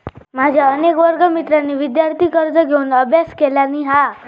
माझ्या अनेक वर्गमित्रांनी विदयार्थी कर्ज घेऊन अभ्यास केलानी हा